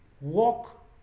walk